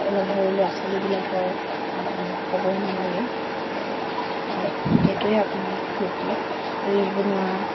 সৰু ল'ৰা ছোৱালীবিলাকৰ ক'বই নালাগে এই সেইটোৱে আপোনাৰ ফূৰ্তি ৰীল বনোৱা